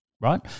right